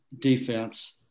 defense